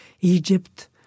Egypt